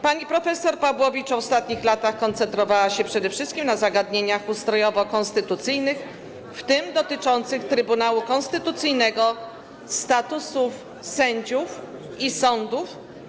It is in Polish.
Pani prof. Pawłowicz w ostatnich latach koncentrowała się przede wszystkim na zagadnieniach ustrojowo-konstytucyjnych, w tym dotyczących Trybunału Konstytucyjnego, statusu sędziów i sądów.